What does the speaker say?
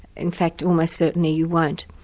in fact almost certainly you won't.